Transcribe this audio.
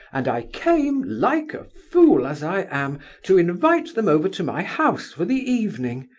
and i came like a fool, as i am to invite them over to my house for the evening!